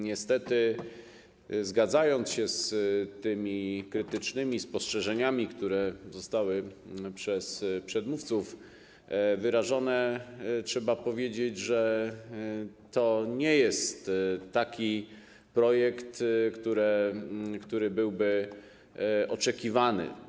Niestety zgadzając się z tymi krytycznymi spostrzeżeniami, które zostały przez przedmówców wyrażone, trzeba powiedzieć, że to nie jest taki projekt, który byłby oczekiwany.